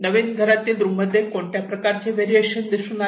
नवीन घरातील रूम मध्ये कोणत्या प्रकारचे व्हेरिएशन दिसून आले